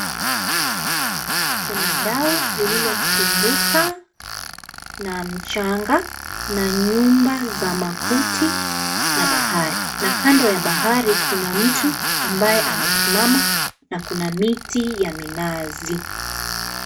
Kuna dhao lililopinduka na mchanga na nyumba za makuti na bahari, na kando ya bahari kuna mtu ambaye amesimama na kuna miti ya minazi.